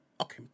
okay